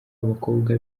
abakobwa